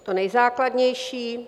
To nejzákladnější: